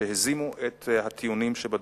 שהזימו את הטיעונים שבדוח.